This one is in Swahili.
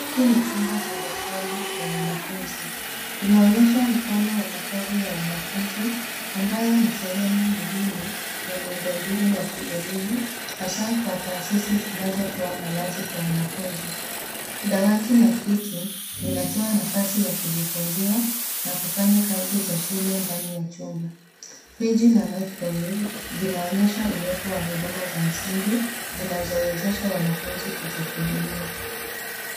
Hiki ni chumba cha hosteli ya wanafunzi. Kinaonyesha mfano wa makazi ya wanafunzi, ambayo ni sehemu muhimu ya miundombinu ya kielimu hasa kwa taasisi zinazotoa malazi kwa wanafunzi. Dawati na kiti vinatoa nafasi ya kujifunzia na kufanya kazi za shule ndani ya chumba. Friji na microwave vinaonyesha uwepo wa huduma za msingi, zinazowezesha wanafunzi kujihudumia.